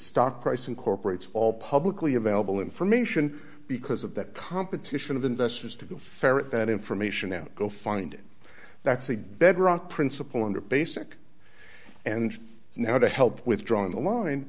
stock price incorporates all publicly available information because of that competition of investors to ferret that information and go find it that's a bedrock principle under basic and now to help with drawing the line